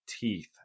teeth